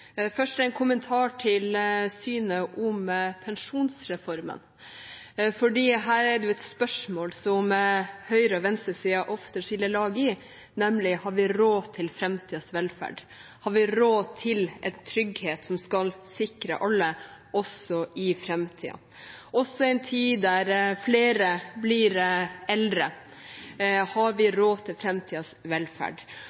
Først en kommentar til synet på pensjonsreformen. For her er det et spørsmål der høyre- og venstresiden ofte skiller lag, nemlig om vi har råd til framtidens velferd, om vi har råd til en trygghet som skal sikre alle også i framtiden, og også om vi i en tid der flere blir eldre, har